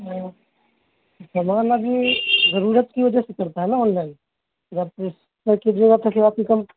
سامان آدمی ضرورت کی وجہ سے کرتا ہے نا آن لائن اب آپ ایسا کیجیے گا تو آپ کی کم